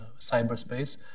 cyberspace